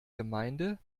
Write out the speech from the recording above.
gemeinde